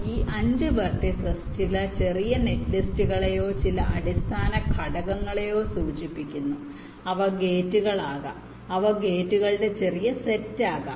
ഈ 5 വെർട്ടിസ്സ് ചില ചെറിയ നെറ്റ്ലിസ്റ്റുകളെയോ ചില അടിസ്ഥാന ഘടകങ്ങളെയോ സൂചിപ്പിക്കുന്നു അവ ഗേറ്റുകളാകാം അവ ഗേറ്റുകളുടെ ചെറിയ സെറ്റാകാം